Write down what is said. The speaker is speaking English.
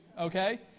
okay